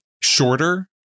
shorter